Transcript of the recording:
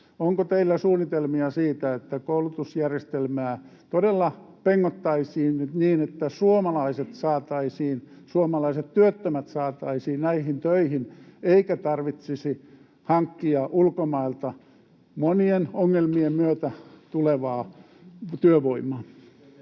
Onko teillä suunnitelmia siitä, että koulutusjärjestelmää todella pengottaisiin nyt niin, että suomalaiset työttömät saataisiin näihin töihin eikä tarvitsisi hankkia ulkomailta monien ongelmien myötä tulevaa työvoimaa?